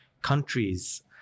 countries